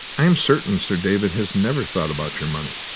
i am certain sir david has never thought about your money.